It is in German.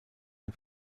ein